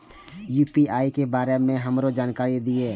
UPI के बारे में हमरो जानकारी दीय?